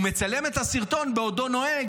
הוא מצלם את הסרטון בעודו נוהג,